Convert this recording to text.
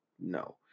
no